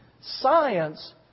Science